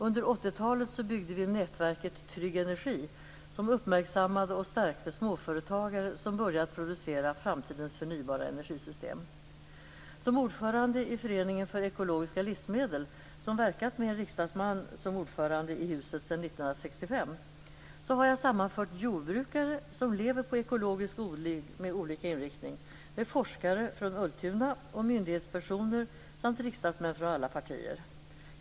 Under 80-talet byggde vi nätverket Trygg Energi, som uppmärksammade och stärkte småföretagare som börjat producera framtidens förnybara energisystem. Som ordförande i Föreningen för ekologiska livsmedel, som verkat med en riksdagsman som ordförande i huset sedan 1965, har jag sammanfört jordbrukare som lever på ekologisk odling med olika inriktning med forskare från Ultuna och myndighetspersoner samt riksdagsmän från alla partier.